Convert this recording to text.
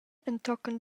entochen